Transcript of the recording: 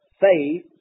faith